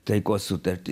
taikos sutartį